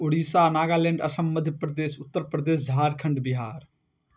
Orissa Nagaland Assam Madhya Pradesh Uttar Pradesh Jharkhand Bihar